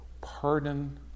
pardon